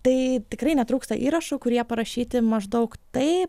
tai tikrai netrūksta įrašų kurie parašyti maždaug tai